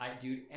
dude